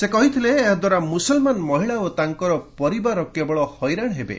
ସେ କହିଥିଲେ ଏହାଦ୍ୱାରା ମୁସଲମାନ ମହିଳା ଓ ତାଙ୍କର ପରିବାର କେବଳ ହଇରାଣ ହେବେ